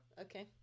Okay